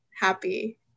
happy